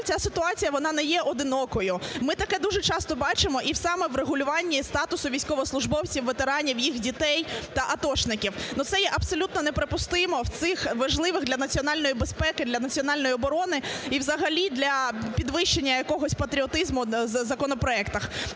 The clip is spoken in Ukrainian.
ця ситуація, вона не є одинокою, ми таке дуже часто бачимо і саме в регулюванні і в статусі військовослужбовців, ветеранів, їх дітей та атошників. Ну, це є абсолютно неприпустимо в цих важливих для національної безпеки, для національної оброни і взагалі для підвищення якогось патріотизму законопроектах.